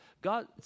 God